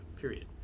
period